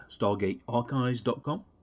stargatearchives.com